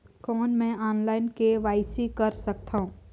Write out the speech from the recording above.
कौन मैं online KYC कर सकथव?